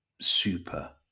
super